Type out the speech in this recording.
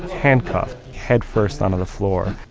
handcuffed, headfirst onto the floor.